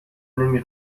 نمی